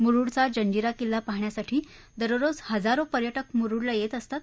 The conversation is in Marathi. मुरूडचा जंजिरा किल्ला पाहण्यासाठी दररोज हजारो पर्यटक मुरूडला येत असतात